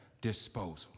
disposal